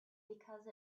because